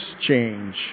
change